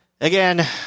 again